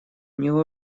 него